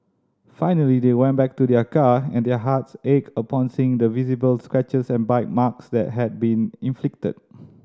finally they went back to their car and their hearts ached upon seeing the visible scratches and bite marks that had been inflicted